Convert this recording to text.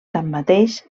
tanmateix